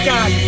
God